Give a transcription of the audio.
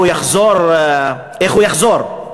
איך הוא יחזור,